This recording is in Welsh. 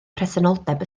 presenoldeb